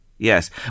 yes